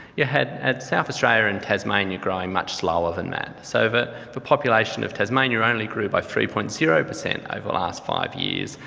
you had south australia and tasmania growing much slower than that. so but the population of tasmania only grew by three point zero per cent over the last five years.